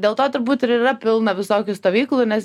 dėl to turbūt ir yra pilna visokių stovyklų nes